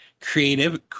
creative